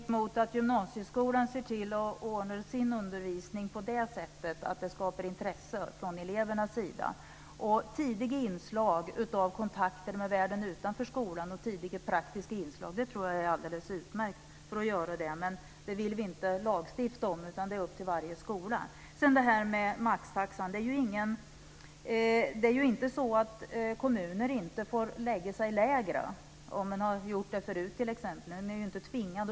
Fru talman! Vi har ingenting emot att gymnasieskolan ser till att ordna sin undervisning på det sättet att den skapar intresse hos eleverna. Tidiga inslag av kontakter med världen utanför skolan och tidiga praktiska inslag tror jag är alldeles utmärkt för att göra det. Men det vill vi inte lagstifta om, utan det är upp till varje skola. Beträffande maxtaxan är det ju inte så att kommuner inte får ha lägre avgifter om de t.ex. har haft det tidigare.